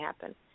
happen